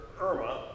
Irma